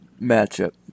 matchup